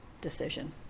decision